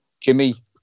Jimmy